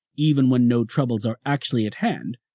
even when no troubles are actually at hand,